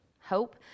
hope